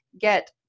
get